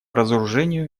разоружению